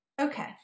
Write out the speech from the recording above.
okay